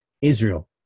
Israel